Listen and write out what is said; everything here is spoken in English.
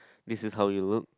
this is how you look